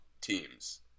teams